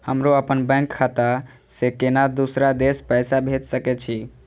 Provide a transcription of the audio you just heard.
हमरो अपने बैंक खाता से केना दुसरा देश पैसा भेज सके छी?